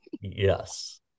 Yes